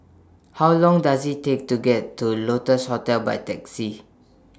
How Long Does IT Take to get to Lotus Hotel By Taxi